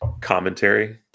commentary